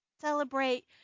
celebrate